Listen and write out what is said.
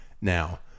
Now